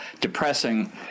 depressing